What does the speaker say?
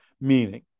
Meaning